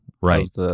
Right